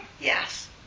Yes